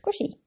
squishy